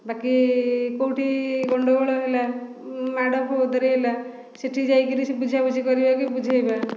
ବାକି କେଉଁଠି ଗଣ୍ଡଗୋଳ ହେଲା ମାଡ଼ ଫୌଦର ହେଲା ସେଇଠି ଯାଇକି ସେ ବୁଝାବୁଝି କରିବେ କି ବୁଝାଇବା